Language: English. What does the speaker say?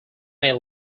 may